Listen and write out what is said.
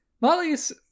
Molly's